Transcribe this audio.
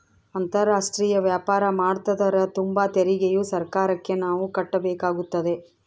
ಅಂತಾರಾಷ್ಟ್ರೀಯ ವ್ಯಾಪಾರ ಮಾಡ್ತದರ ತುಂಬ ತೆರಿಗೆಯು ಸರ್ಕಾರಕ್ಕೆ ನಾವು ಕಟ್ಟಬೇಕಾಗುತ್ತದೆ